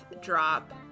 drop